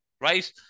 right